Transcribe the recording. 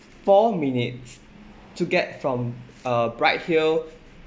four minutes to get from uh bright hill